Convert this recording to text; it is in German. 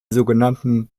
sogenannten